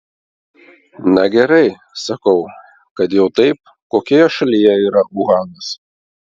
na gerai sakau kad jau taip kokioje šalyje yra uhanas